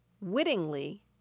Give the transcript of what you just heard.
wittingly